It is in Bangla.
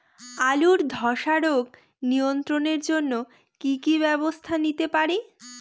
আলুর ধ্বসা রোগ নিয়ন্ত্রণের জন্য কি কি ব্যবস্থা নিতে পারি?